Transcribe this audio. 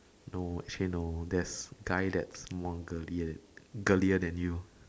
no actually no there's guy that's more girly girly than you